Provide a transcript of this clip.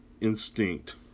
instinct